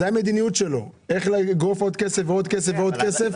זאת המדיניות שלו איך לגרוף עוד כסף ועוד כסף ועוד כסף.